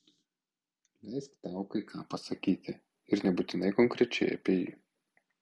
leisk tau kai ką pasakyti ir nebūtinai konkrečiai apie jį